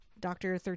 Doctor